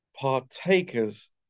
partakers